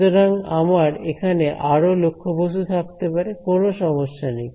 সুতরাং আমার এখানে আরো লক্ষ্যবস্তু থাকতে পারে কোন সমস্যা নেই